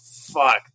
fuck